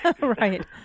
Right